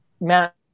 Matt